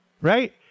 right